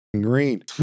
green